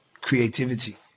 creativity